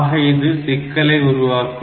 ஆக இது சிக்கலை உருவாக்கும்